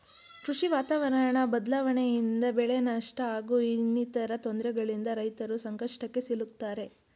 ಕೃಷಿ ವಾತಾವರಣ ಬದ್ಲಾವಣೆಯಿಂದ ಬೆಳೆನಷ್ಟ ಹಾಗೂ ಇನ್ನಿತರ ತೊಂದ್ರೆಗಳಿಂದ ರೈತರು ಸಂಕಷ್ಟಕ್ಕೆ ಸಿಲುಕ್ತಾರೆ